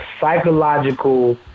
psychological